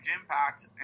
impact